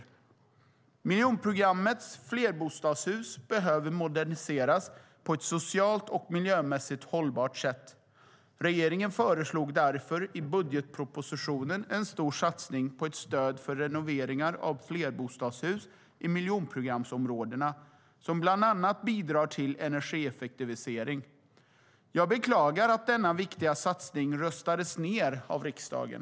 Miljonprogrammets flerbostadshus behöver moderniseras på ett socialt och miljömässigt hållbart sätt. Regeringen föreslog därför i budgetpropositionen en stor satsning på ett stöd för renoveringar av flerbostadshus i miljonprogramsområdena som bland annat bidrar till energieffektivisering. Jag beklagar att denna viktiga satsning röstades ned av riksdagen.